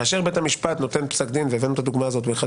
כאשר בית המשפט נותן פסק דין והבאנו את הדוגמה הזאת באחד